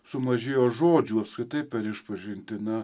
sumažėjo žodžių apskritai per išpažintį ne